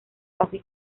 casi